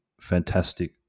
fantastic